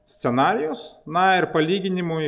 scenarijus na ir palyginimui